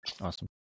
Awesome